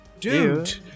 dude